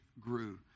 grew